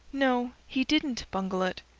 no. he didn't bungle it.